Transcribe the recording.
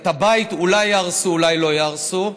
את הבית אולי יהרסו, אולי לא יהרסו,